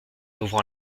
ouvrant